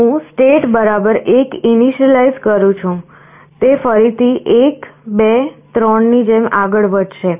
હું state 1 initialize કરું છું તે ફરીથી 1 2 3 ની જેમ આગળ વધશે